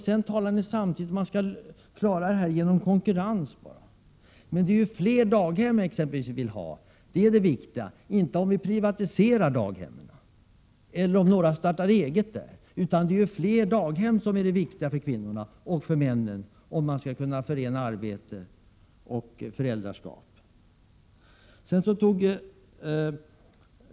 Sedan talar ni om att klara detta genom konkurrens. Men det är tt.ex. fler daghem vi vill ha, och det viktiga är inte om att det är privatiserade eller att några startar egna sådana. Det är fler daghem som är viktiga för kvinnor och män om de skall kunna förena arbete och föräldraskap.